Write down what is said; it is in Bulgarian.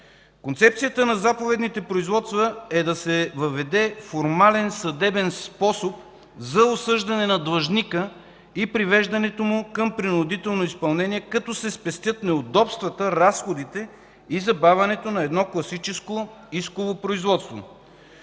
Концепцията на заповедните производства е да се въведе формален съдебен способ за осъждане на длъжника и привеждането му към принудително изпълнение като се спестят неудобствата, разходите и забавянето на едно класическо исково производство.